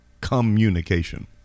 communication